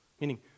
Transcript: Meaning